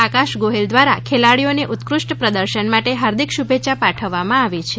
આકાશ ગોહિલ દ્વારા ખેલાડીઓને ઉત્કૃષ્ટ પ્રદશન માટે હાર્દિક શુભેચ્છા પાઠવવામાં આવી છે